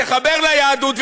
תחבר ליהדות,